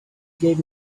gave